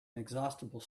inexhaustible